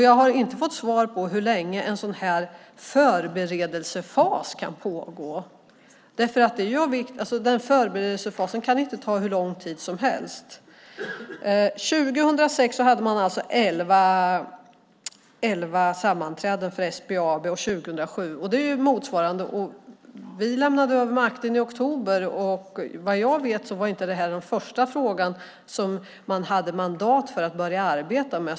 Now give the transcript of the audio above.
Jag har inte fått svar på hur länge en förberedelsefas kan pågå. Förberedelsefasen kan inte ta hur lång tid som helst. År 2006 hade styrelsen i SBAB elva sammanträden. Även 2007 hade man det. Vi lämnade över makten i oktober 2006. Såvitt jag vet var detta inte den första frågan som man hade mandat att börja arbeta med.